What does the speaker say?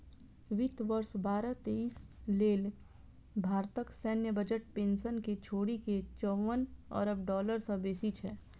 वित्त वर्ष बाईस तेइस लेल भारतक सैन्य बजट पेंशन कें छोड़ि के चौवन अरब डॉलर सं बेसी छै